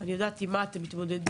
אני יודעת עם מה אתם מתמודדים,